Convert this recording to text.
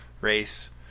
race